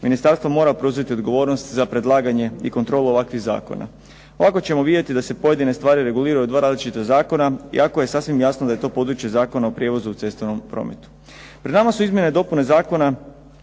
Ministarstvo mora preuzeti odgovornost za predlaganje i kontrolu ovakvih zakona. Ovako ćemo vidjeti da se pojedine stvari reguliraju u dva različita zakona, iako je sasvim jasno da je to područje Zakona o prijevozu u cestovnom prometu. Pred nama su izmjene i dopune Zakona